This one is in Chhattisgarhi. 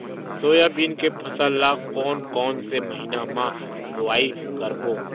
सोयाबीन के फसल ल कोन कौन से महीना म बोआई करबो?